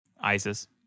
ISIS